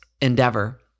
endeavor